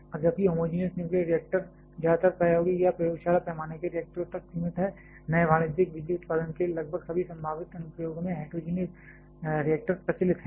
अब जबकि homogeneous nuclear reactor ज्यादातर प्रायोगिक या प्रयोगशाला पैमाने के रिएक्टरों तक सीमित हैं नए वाणिज्यिक बिजली उत्पादन के लिए लगभग सभी संभावित अनुप्रयोगों में हेट्रोजीनियस न्यूक्लियर रिएक्टर प्रचलित हैं